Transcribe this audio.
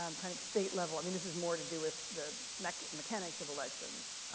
um kind of state level, i mean this is more to do with the mechanics mechanics of elections.